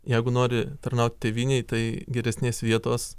jeigu nori tarnaut tėvynei tai geresnės vietos